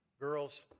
girls